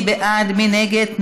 חוק הסדרים במגזר החקלאי המשפחתי (תיקון מס' 131),